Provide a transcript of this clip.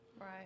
Right